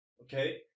okay